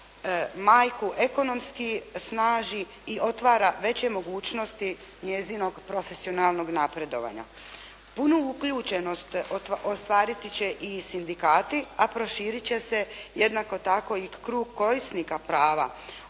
majku ekonomski snaži i otvara veće mogućnosti njezinom profesionalnog napredovanja. Punu uključenost ostvariti će i sindikati, a proširiti će se jednako tako i krug korisnika prava